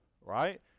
right